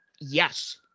yes